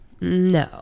No